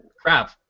crap